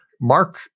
Mark